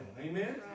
Amen